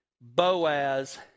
Boaz